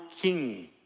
king